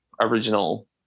original